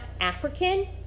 African